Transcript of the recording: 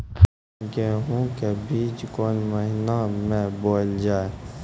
गेहूँ के बीच कोन महीन मे बोएल जाए?